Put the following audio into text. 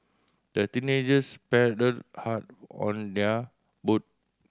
the teenagers paddled hard on their boat